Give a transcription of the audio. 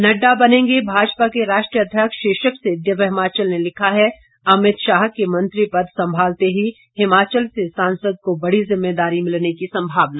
नडडा बनेंगे भाजपा के राष्ट्रीय अध्यक्ष शीर्षक से दिव्य हिमाचल ने लिखा है अमित शाह के मंत्री पद संभालते ही हिमाचल से सांसद को बड़ी जिम्मेदारी मिलने की संभावना